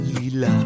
Lila